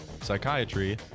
psychiatry